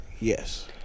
yes